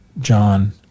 John